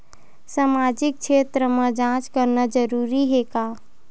सामाजिक क्षेत्र म जांच करना जरूरी हे का?